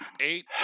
eight